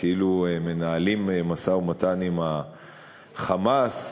כאילו מנהלים משא-ומתן עם ה"חמאס",